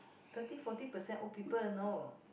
thirty forty percent old people you know